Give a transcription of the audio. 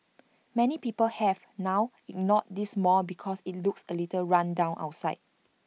many people have now ignored this mall because IT looks A little run down outside